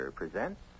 presents